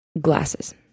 glasses